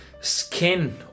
skin